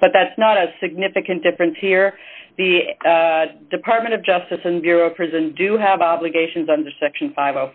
but that's not a significant difference here the department of justice and bureau prison do have obligations under section five